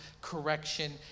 correction